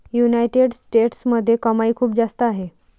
United स्टेट्समध्ये कमाई खूप जास्त आहे